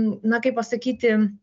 na kaip pasakyti